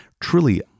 truly